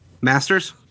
Masters